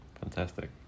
Fantastic